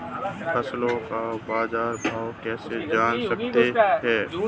फसलों का बाज़ार भाव कैसे जान सकते हैं?